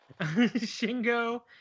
Shingo